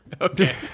Okay